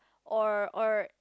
or or